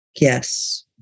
Yes